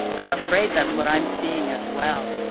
i'm afraid that's what i'm seeing as well.